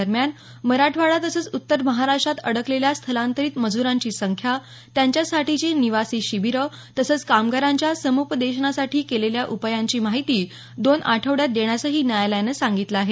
दरम्यान मराठवाडा तसंच उत्तर महाराष्ट्रात अडकलेल्या स्थलांतरित मज्रांची संख्या त्यांच्यासाठीची निवासी शिबीरं तसंच कामगारांच्या समुपदेशनासाठी केलेल्या उपायांची माहिती दोन आठवड्यात देण्यासही न्यायालयानं सांगितलं आहे